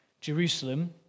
Jerusalem